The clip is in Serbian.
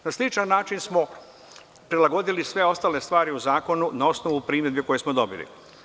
Na sličan način smo prilagodili sve ostale stvari u zakonu na osnovu primedbe koje smo dobili.